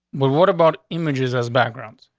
well, what about images as backgrounds.